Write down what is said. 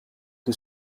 que